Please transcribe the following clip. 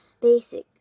Basic